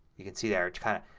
you can see there it's kind of